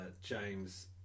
James